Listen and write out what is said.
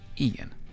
Ian